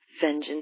vengeance